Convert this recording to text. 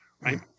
right